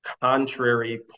contrary